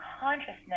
consciousness